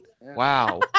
Wow